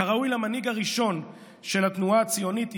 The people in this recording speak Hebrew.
כראוי למנהיג הראשון של התנועה הציונית הוא